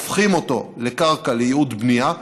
הופכים אותו לקרקע לייעוד בנייה,